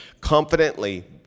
confidently